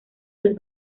los